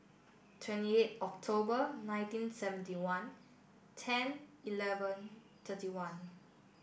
twenty eight October nineteen seventy one ten eleven thirty one